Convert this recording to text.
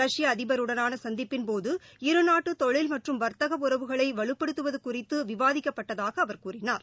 ரஷ்ய அதிபருடனான சந்திப்பின்போது இருநாட்டு தொழில் மற்றும் வர்த்தக உறவுகளை வலுப்படுத்துவது குறித்து விவாதிக்கப்பட்டதாக அவர் கூறினார்